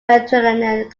mediterranean